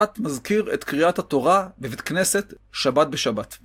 מזכיר את קריאת התורה בבית כנסת שבת בשבת.